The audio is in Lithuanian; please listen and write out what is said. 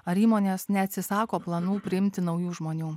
ar įmonės neatsisako planų priimti naujų žmonių